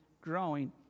growing